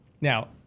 Now